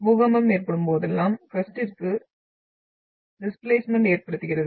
பூகம்பம் ஏற்படும் போதெல்லாம் க்ரஸ்ட்ற்குள் டிஸ்பிளேஸ்மென்ட் ஏற்படுகிறது